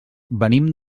venim